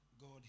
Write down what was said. God